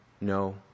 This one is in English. No